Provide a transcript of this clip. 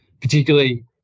particularly